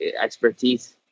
expertise